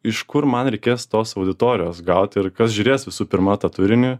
iš kur man reikės tos auditorijos gauti ir kas žiūrės visų pirma tą turinį